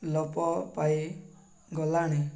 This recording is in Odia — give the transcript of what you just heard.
ଲୋପ ପାଇ ଗଲାଣି